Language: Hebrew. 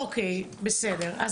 אני